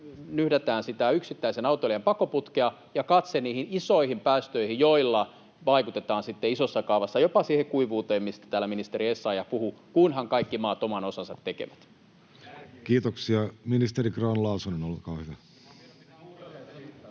nyhdetään sitä yksittäisen autoilijan pakoputkea, ja kohdennetaan katse niihin isoihin päästöihin, joilla vaikutetaan sitten isossa kaavassa jopa siihen kuivuuteen, mistä täällä ministeri Essayah puhui, kunhan kaikki maat oman osansa tekevät. [Speech 95] Speaker: Jussi Halla-aho